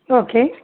okay